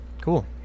cool